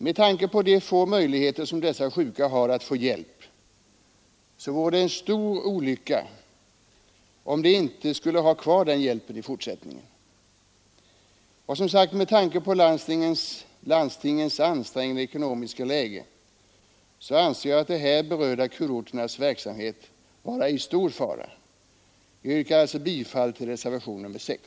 Med tanke på de få hjälpmöjligheter som dessa sjuka har vore det en stor olycka om de inte hade den hjälpen i fortsättningen. Och med tanke på landstingens ansträngda ekonomiska läge anser jag de berörda kurorternas verksamhet vara i stor fara. Jag yrkar därför bifall till reservationen 6.